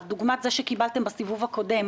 אני עובר לסעיף הבא בסדר היום,